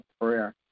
prayer